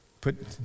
Put